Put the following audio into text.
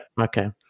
Okay